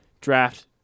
draft